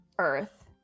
Earth